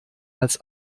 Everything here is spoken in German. als